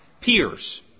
peers